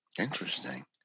interesting